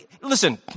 Listen